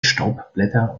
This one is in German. staubblätter